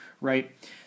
right